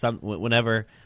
whenever